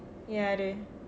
யாரு:yaaru